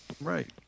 Right